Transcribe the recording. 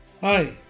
Hi